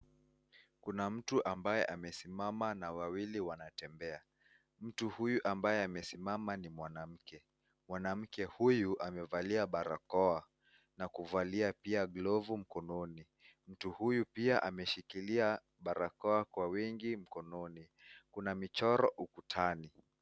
Kuna mtu ambaye amesimama na wawili wanatembea. Mtu huyu ambaye amesimama ni mwanamke. Mwanamke huyu amevalia barakoa na kuvalia pia glovu mkononi. Mtu huyu pia ameshikilia barakoa kwa wingi mkononi. Kuna michoro ukutani.